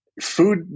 food